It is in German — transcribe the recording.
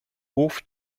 hof